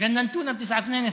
הבאנו לכם את 922,